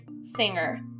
Singer